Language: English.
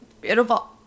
Beautiful